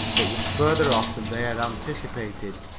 it was further off than they had anticipated,